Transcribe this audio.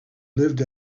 lived